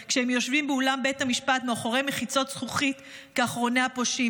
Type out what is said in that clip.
כשהם יושבים באולם בית המשפט מאחורי מחיצות זכוכית כאחרוני הפושעים,